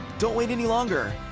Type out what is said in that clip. don't wait any longer.